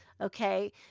Okay